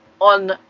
on